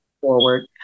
forward